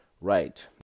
right